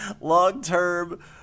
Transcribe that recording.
long-term